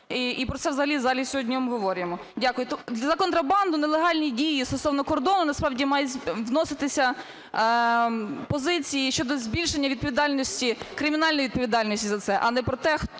і про це взагалі в залі сьогодні обговорюємо. Дякую. За контрабанду, нелегальні дії стосовно кордону насправді мають відноситися позиції щодо збільшення відповідальності, кримінальної відповідальності за це, а не про те, хто